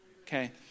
Okay